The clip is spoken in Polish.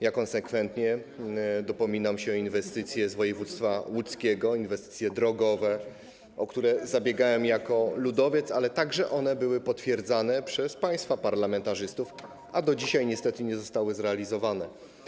Ja konsekwentnie dopominam się o inwestycje z województwa łódzkiego, inwestycje drogowe, o które zabiegałem jako ludowiec, ale one były także potwierdzane przez państwa parlamentarzystów, a do dzisiaj niestety nie zostały zrealizowane.